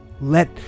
let